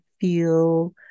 feel